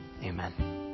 Amen